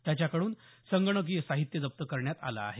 त्याच्याकडून संगणकीय साहित्य जप्त करण्यात आलं आहे